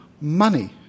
money